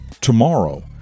tomorrow